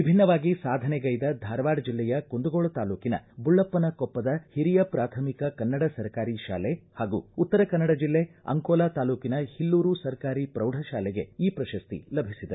ವಿಭಿನ್ನವಾಗಿ ಸಾಧನೆಗೈದ ಧಾರವಾಡ ಜಿಲ್ಲೆಯ ಕುಂದಗೋಳ ತಾಲೂಕಿನ ಬುಳ್ಳಪ್ಪನ ಕೊಪ್ಪ ಹಿರಿಯ ಪ್ರಾಥಮಿಕ ಕನ್ನಡ ಸರಕಾರಿ ಶಾಲೆ ಹಾಗೂ ಉತ್ತರಕನ್ನಡ ಜಿಲ್ಲೆ ಅಂಕೋಲಾ ತಾಲೂಕಿನ ಹಿಲ್ಡೂರು ಸರಕಾರಿ ಪ್ರೌಢ ಶಾಲೆಗೆ ಈ ಪ್ರಶಸ್ತಿ ಲಭಿಸಿದೆ